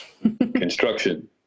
Construction